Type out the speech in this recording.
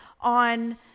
on